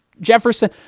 Jefferson